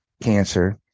cancer